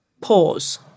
Pause